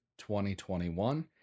2021